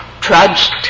trudged